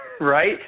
right